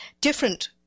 different